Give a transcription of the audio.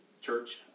Church